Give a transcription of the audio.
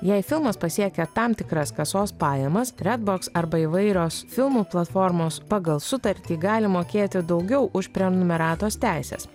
jei filmas pasiekia tam tikras kasos pajamas red box arba įvairios filmų platformos pagal sutartį gali mokėti daugiau už prenumeratos teises